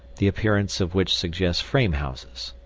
the appearance of which suggests frame houses.